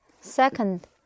second